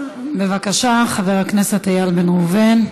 בבקשה, חבר הכנסת איל בן ראובן,